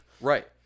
Right